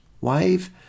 wave